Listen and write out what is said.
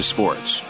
Sports